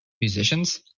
musicians